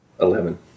Eleven